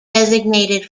designated